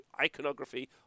iconography